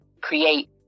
create